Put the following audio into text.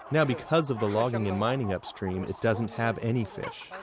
now, because of the logging and mining upstream, it doesn't have any fish.